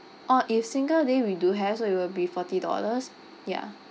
orh if single day we do have so it will be forty dollars ya